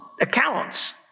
accounts